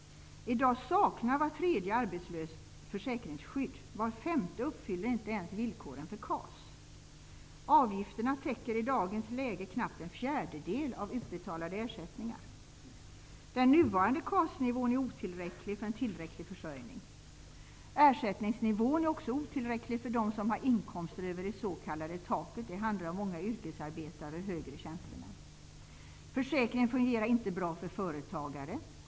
I dag saknar var tredje arbetslös försäkringsskydd. Var femte uppfyller inte ens villkoren för KAS. Avgifterna täcker i dagens läge knappt en fjärdedel av utbetalade ersättningar. Den nuvarande KAS-nivån är otillräcklig för en tillräcklig försörjning. Ersättningsnivån är också otillräcklig för dem som har inkomster över det s.k. taket. Det handlar om många yrkesarbetare och högre tjänstemän. Försäkringen fungerar inte bra för företagare.